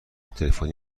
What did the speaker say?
تلفنی